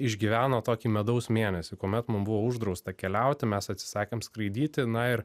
išgyveno tokį medaus mėnesį kuomet mum buvo uždrausta keliauti mes atsisakėm skraidyti na ir